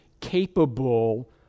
capable